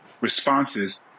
responses